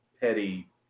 petty